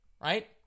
Right